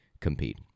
compete